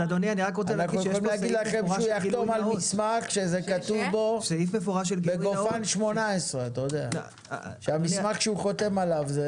אפשר לכתוב שיחתום על מסמך שכתוב בגופן 18. יש